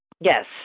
Yes